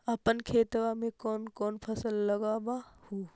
अपन खेतबा मे कौन कौन फसल लगबा हू?